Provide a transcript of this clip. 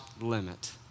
limit